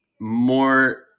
More